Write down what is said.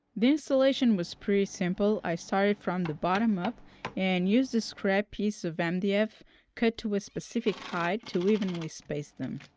the installation was pretty simple, i started from the bottom up and used a scrap piece of mdf cut to a specific height to evenly space them.